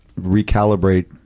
recalibrate